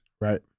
Right